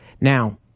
Now